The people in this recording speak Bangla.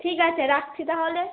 ঠিক আছে রাখছি তাহলে